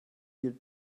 you